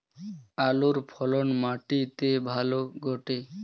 আলুর ফলন মাটি তে ভালো ঘটে?